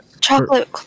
chocolate